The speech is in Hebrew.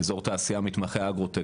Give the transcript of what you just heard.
אזור תעשיה מתמחה אגרוטק,